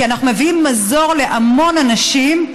כי אנחנו מביאים מזור להמון אנשים,